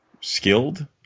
skilled